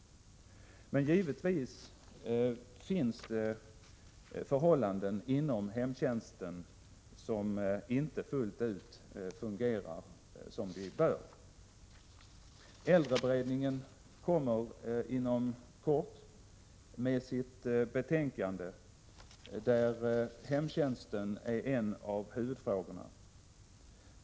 Men givetvis finns det förhållanden inom hemtjänsten som inte fullt ut är som de bör vara. Äldreberedningen kommer inom kort med sitt betänkande, där hemtjänsten är en av huvudfrågorna.